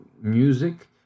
music